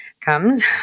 comes